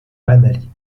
عملي